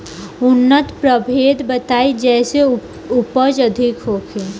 उन्नत प्रभेद बताई जेसे उपज अधिक होखे?